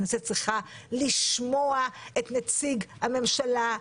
הכנסת צריכה לשמוע את נציג המשלה.